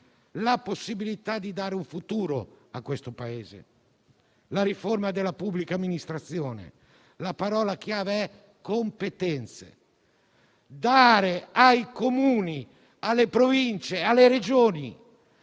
la possibilità di dare un futuro al Paese. Per la riforma della pubblica amministrazione la parola chiave è competenze. Bisogna dare ai Comuni, alle Province e alle Regioni